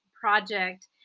project